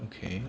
okay